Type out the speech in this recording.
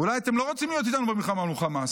אולי אתם לא רוצים להיות איתנו במלחמה מול חמאס,